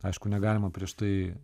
aišku negalima prieš tai